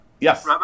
yes